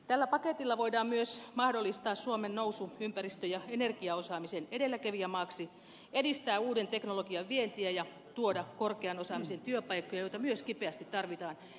tällä paketilla voidaan myös mahdollistaa suomen nousu ympäristö ja energiaosaamisen edelläkävijämaaksi edistää uuden teknologian vientiä ja tuoda korkean osaamisen työpaikkoja joita myös kipeästi tarvitaan